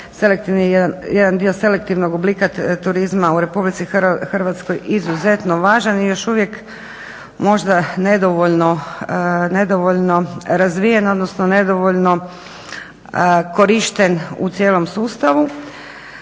jedan dio selektivnog oblika turizma u Republici Hrvatskoj izuzetno važan i još uvijek možda nedovoljno razvijen, odnosno nedovoljno korišten u cijelom sustavu